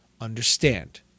understand